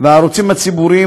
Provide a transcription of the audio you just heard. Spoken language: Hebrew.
והערוצים הציבוריים,